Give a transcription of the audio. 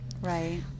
right